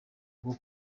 bwo